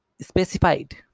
Specified